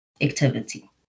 activity